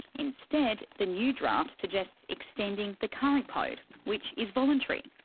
instead, the new draft suggests extending the current code which is voluntary.